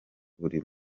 buri